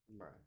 Right